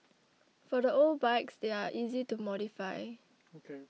for the old bikes they're easy to modify